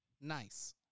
nice